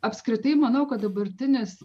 apskritai manau kad dabartinis